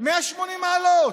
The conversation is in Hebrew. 180 מעלות.